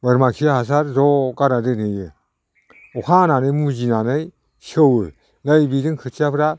बोरमा खि हासार ज' गारना दोनहैयो अखा हानानै मुजिनानै सेवो नै बेजों खोथियाफ्रा